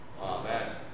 Amen